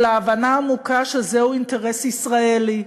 אלא הבנה עמוקה שזהו אינטרס ישראלי,